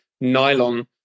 nylon